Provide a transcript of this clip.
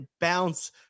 bounce